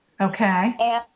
Okay